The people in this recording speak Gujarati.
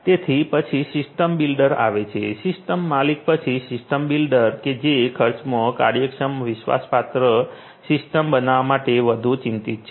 તેથી પછી સિસ્ટમ બિલ્ડર આવે છે સિસ્ટમ માલિક પછી સિસ્ટમ બિલ્ડર કે જે ખર્ચમાં કાર્યક્ષમ વિશ્વાસપાત્ર સિસ્ટમ બનાવવા માટે વધુ ચિંતિત છે